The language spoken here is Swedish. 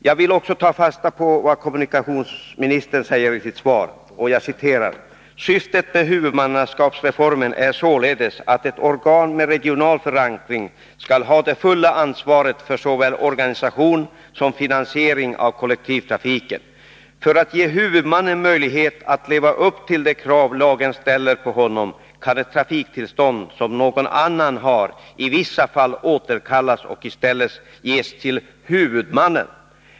Jag vill också ta fasta på vad kommunikationsministern säger i sitt svar: ”Syftet med huvudmannaskapsreformen är således att ett organ med regional förankring skall ha det fulla ansvaret för såväl organisation som finansiering av kollektivtrafiken. För att ge huvudmannen möjlighet att leva upp till de krav lagen ställer på honom kan ett trafiktillstånd som någon annan har i vissa fall återkallas och i stället ges till huvudmannen.